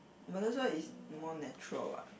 Malaysia is more natural what